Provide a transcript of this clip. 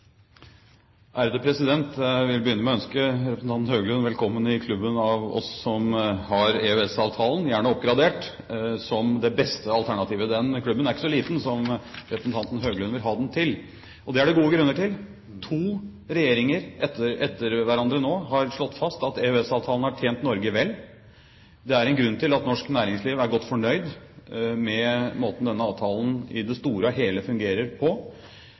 Høglund velkommen i klubben av oss som har EØS-avtalen, gjerne oppgradert, som det beste alternativet. Den klubben er ikke så liten som representanten Høglund vil ha den til. Og det er det gode grunner til. To regjeringer etter hverandre nå har slått fast at EØS-avtalen har tjent Norge vel. Det er en grunn til at norsk næringsliv er godt fornøyd med måten denne avtalen i det store og hele fungerer på.